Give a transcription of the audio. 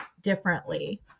differently